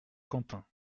quentin